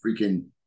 freaking